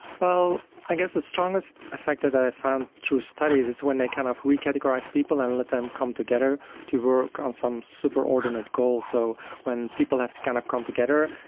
i guess the strongest effect that i found through studies is when they kind of re-categorised people and let them come together to work on some superordinate goal. so when people have to kind of come together,